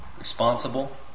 Responsible